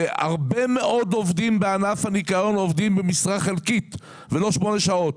הרבה מאוד עובדים בענף הניקיון עובדים במשרה חלקית ולא שמונה שעות.